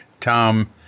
Tom